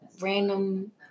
random